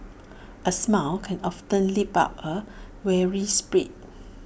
A smile can often lift up A weary spirit